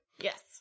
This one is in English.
Yes